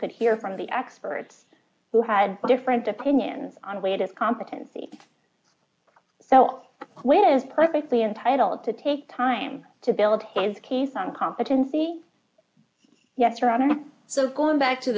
could hear from the experts who had different opinions on weight of competency so what is perfectly entitled to take time to build his case on competency yes or other so going back to